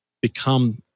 become